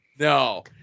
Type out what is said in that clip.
No